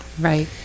Right